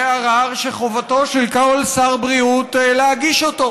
זה ערר שחובתו של כל שר בריאות להגיש אותו,